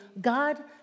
God